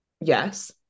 Yes